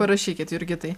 parašykit jurgitai